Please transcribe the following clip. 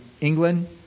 England